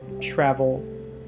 travel